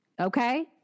Okay